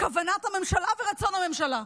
כוונת הממשלה ורצון הממשלה.